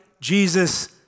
Jesus